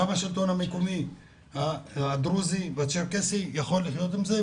גם השלטון המקומי הדרוזי והצ'רקסי יכולים לחיות עם זה.